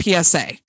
PSA